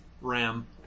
Ram